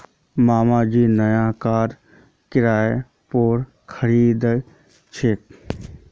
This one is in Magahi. मामा जी नया कार किराय पोर खरीदा छे